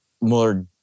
more